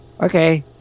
okay